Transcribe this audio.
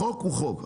החוק הוא חוק.